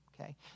okay